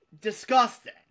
disgusting